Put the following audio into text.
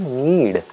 need